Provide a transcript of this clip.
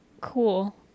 cool